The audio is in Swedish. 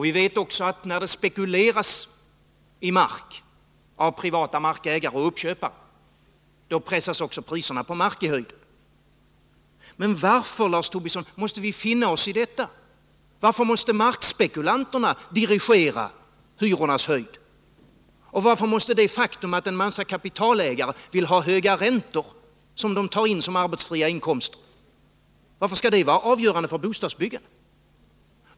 Vi vet också att när privata markägare och uppköpare spekulerar i mark pressas priserna på mark i höjden. Men varför, Lars Tobisson, måste vi finna oss i detta? Varför måste markspekulanterna dirigera hyrornas höjd, och varför måste det faktum att en massa kapitalägare vill ha höga räntor, som de tar in som arbetsfria inkomster, vara avgörande för bostadsbyggandet?